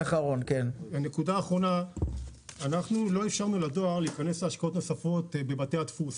אנחנו לא אפשרנו לדואר להיכנס להשקעות נוספות בבתי הדפוס,